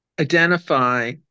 identify